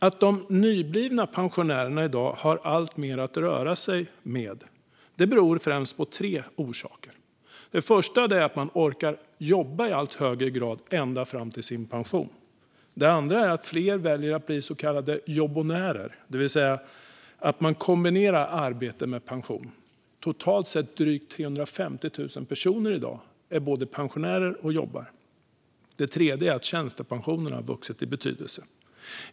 Att de nyblivna pensionärerna i dag har alltmer att röra sig med beror främst på tre saker. Den första är att man orkar jobba i allt högre grad ända fram till sin pension. Den andra är att fler väljer att bli så kallade jobbonärer, det vill säga att man kombinerar arbete med pension. Totalt sett är det i dag drygt 350 000 personer som både jobbar och är pensionärer. Den tredje är att tjänstepensionerna har vuxit i betydelse.